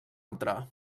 altra